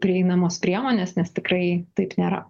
prieinamos priemonės nes tikrai taip nėra